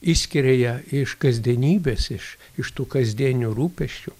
išskiria ją iš kasdienybės iš iš tų kasdienių rūpesčių